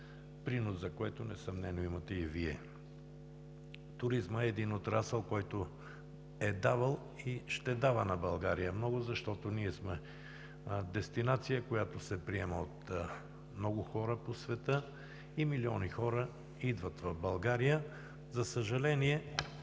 принос за който несъмнено имате и Вие. Туризмът е отрасъл, който е давал и ще дава много на България, защото сме дестинация, която се приема от много хора по света и милиони хора идват в България. За съжаление,